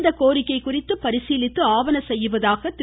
இந்த கோரிக்கை குறித்து பரிசீலித்து ஆவண செய்வதாக திரு